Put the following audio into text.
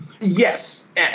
Yes